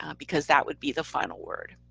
um because that would be the final word.